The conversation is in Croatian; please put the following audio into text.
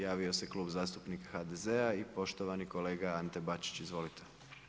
Javio se klub zastupnika HDZ-a i poštovani kolega Ante Bačić, izvolite.